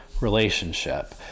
relationship